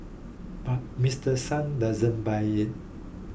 but Mister Sung doesn't buy it